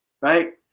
right